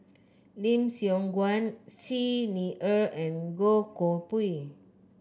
Lim Siong Guan Xi Ni Er and Goh Koh Pui